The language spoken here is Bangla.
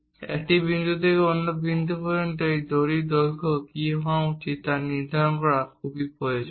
এবং এক বিন্দু থেকে অন্য বিন্দু পর্যন্ত এই দড়ির দৈর্ঘ্য কী হওয়া উচিত তা নির্ধারণ করা খুবই প্রয়োজন